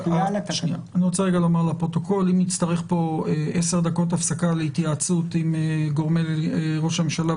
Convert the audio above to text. אם נצטרך 10 דקות הפסקה להתייעצות עם גורמי ראש הממשלה,